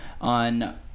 on